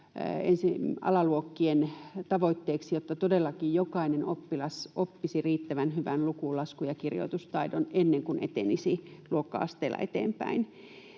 alaluokkien tavoitteeksi, jotta todellakin jokainen oppilas oppisi riittävän hyvän luku-, lasku- ja kirjoitustaidon ennen kuin etenisi luokka-asteella eteenpäin.